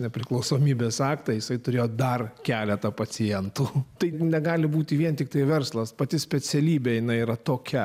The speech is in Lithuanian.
nepriklausomybės aktą jisai turėjo dar keletą pacientų tai negali būti vien tiktai verslas pati specialybė jinai yra tokia